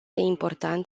important